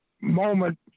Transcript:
moment